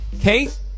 Kate